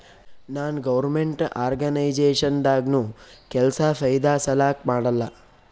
ನಾನ್ government organisation ದಾಗ್ನು ಕೆಲ್ಸಾ ಫೈದಾ ಸಲಾಕ್ ಮಾಡಲ್ಲ